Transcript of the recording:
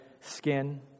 skin